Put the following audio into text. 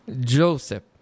Joseph